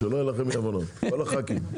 כל החה"כים...